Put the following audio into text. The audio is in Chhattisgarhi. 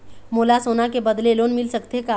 मोला सोना के बदले लोन मिल सकथे का?